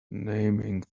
naming